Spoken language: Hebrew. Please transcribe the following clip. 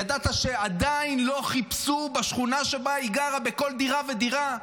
ידעת שעדיין לא חיפשו בשכונה שבה היא גרה בכל דירה ודירה?